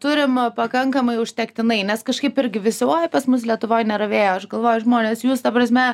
turima pakankamai užtektinai nes kažkaip irgi visi oi pas mus lietuvoj nėra vėjo aš galvoju žmonės jūs ta prasme